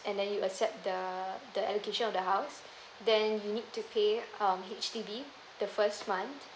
and then you accept the the allocation of the house then you need to pay um H_D_B the first month